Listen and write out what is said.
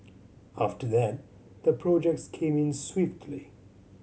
after that the projects came in swiftly